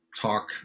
talk